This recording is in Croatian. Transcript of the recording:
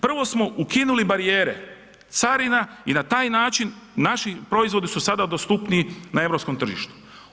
Prvo smo ukinuli barijere carina i na taj način naši proizvodi su sada dostupniji na europskom tržištu.